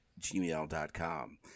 gmail.com